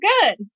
good